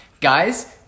Guys